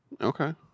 Okay